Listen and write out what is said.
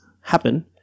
happen